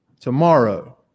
tomorrow